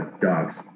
Dogs